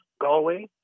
Galway